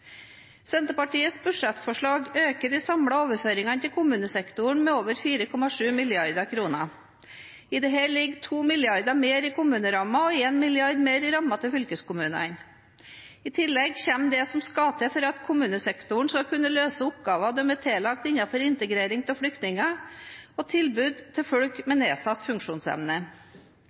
Senterpartiets budsjettforslag øker de samlede overføringene til kommunesektoren med over 4,7 mrd. kr. I dette ligger 2 mrd. kr mer i kommunerammen og 1 mrd. kr mer i rammen til fylkeskommunene. I tillegg kommer det som skal til for at kommunesektoren skal kunne løse oppgaver de er tillagt innenfor integrering av flyktninger og tilbud til folk med nedsatt funksjonsevne.